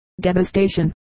Devastation